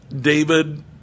David